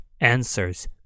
Answers